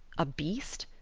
a beast?